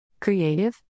Creative